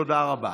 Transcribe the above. תודה רבה.